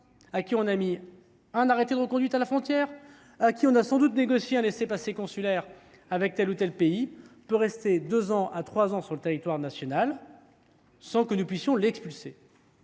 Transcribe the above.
à qui on aurait imposé un arrêté de reconduite à la frontière, pour qui on aurait sans doute négocié un laissez passer consulaire avec tel ou tel pays, pourrait rester deux à trois ans sur le territoire national sans que nous puissions l’expulser.